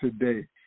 today